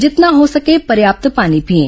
जितना हो सके पर्याप्त पानी पिएं